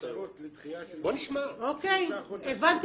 ולעמותות על פי נהלי הטוטו כתאגיד עצמאי עם גוף משפטי עצמאי.